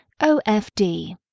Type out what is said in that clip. OFD